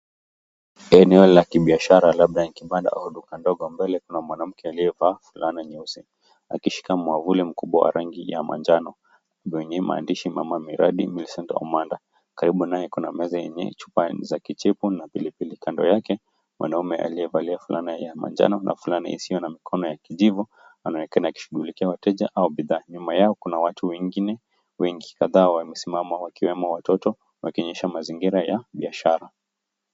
Eneo la kibiashara labda ni kibanda au duka ndogo mbele kuna mwanamke aliyevaa fulana nyeusi akishika mwavuli mkubwa wa rangi ya manjano. Ambaye maandishi mama miradi, Milsent Omanda. Karibu naye kuna meza yenye chupa za kichefu na pilipili kando yake. Mwanaume aliyevaa fulana ya manjano na fulana isiyo na mikono ya kijivu anaonekana akishughulikia wateja au bidhaa. Nyuma yao kuna watu wengine wengi kadhaa wamesimama wakiwemo watoto wakionesha mazingira ya biashara.